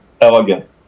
elegant